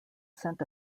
sent